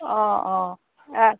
অঁ অঁ